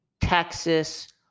Texas